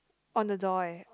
on the door eh